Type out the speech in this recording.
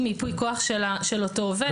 עם ייפוי כוח של אותו עובד.